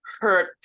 hurt